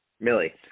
Millie